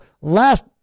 last